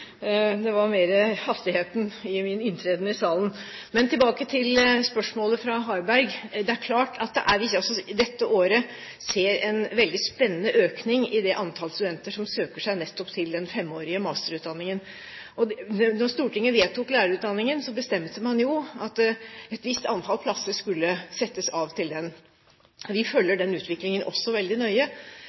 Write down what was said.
Det var mer hastigheten i min inntreden i salen. Men tilbake til spørsmålet fra Harberg. Det er klart at vi dette året ser en veldig spennende økning i det antall studenter som søker seg nettopp til den femårige masterutdanningen. Da Stortinget vedtok lærerutdanningen, bestemte man jo at et visst antall plasser skulle settes av til den. Vi følger den utviklingen også veldig nøye.